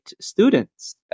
students